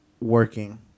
working